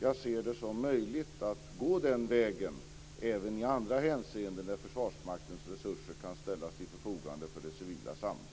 Jag anser att det är möjligt att gå den vägen även i andra hänseenden där Försvarsmaktens resurser kan ställas till förfogande för det civila samhället.